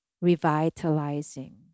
revitalizing